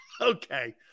Okay